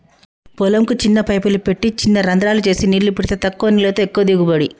పొలం కు చిన్న పైపులు పెట్టి చిన రంద్రాలు చేసి నీళ్లు పెడితే తక్కువ నీళ్లతో ఎక్కువ దిగుబడి